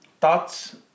Thoughts